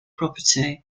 property